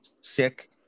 sick